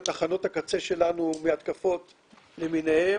יש את תקנות אבטחת הפרטיות שנכנסו בשנה שעברה,